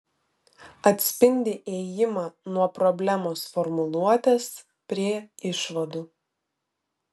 atspindi ėjimą nuo problemos formuluotės prie išvadų